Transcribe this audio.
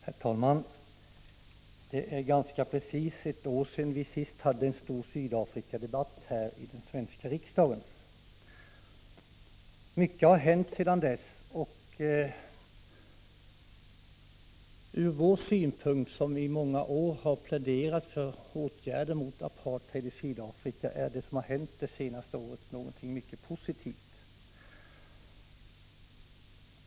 Herr talman! Det är ganska precis ett år sedan vi hade en stor Sydafrikadebatt i den svenska riksdagen. Mycket har hänt sedan dess, och ur vår synpunkt, som i många år har pläderat för åtgärder mot apartheid i Sydafrika, är det som har hänt det senaste året någonting mycket positivt.